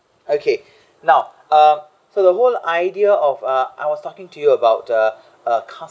okay now uh so the whole idea of uh I was talking to you about uh uh castle